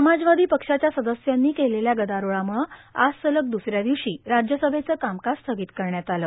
समाजवादी पक्षाच्या सदस्यांनी केलेल्या गदारोळामुळे आज सलग द्सऱ्या दिवशी राज्यसभेचं कामकाज स्थगित करण्यात आलं